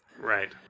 Right